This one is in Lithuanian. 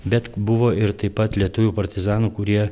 bet buvo ir taip pat lietuvių partizanų kurie